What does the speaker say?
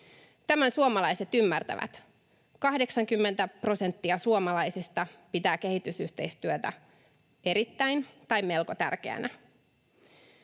Tämän suomalaiset ymmärtävät: 80 prosenttia suomalaisista pitää kehitysyhteistyötä erittäin tai melko tärkeänä.